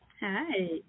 Hi